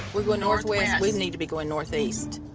we're going northwest. we need to be going northeast.